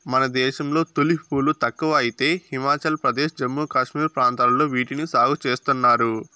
మన దేశంలో తులిప్ పూలు తక్కువ అయితే హిమాచల్ ప్రదేశ్, జమ్మూ కాశ్మీర్ ప్రాంతాలలో వీటిని సాగు చేస్తున్నారు